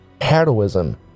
heroism